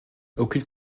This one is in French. aucune